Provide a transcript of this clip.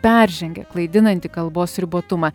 peržengia klaidinantį kalbos ribotumą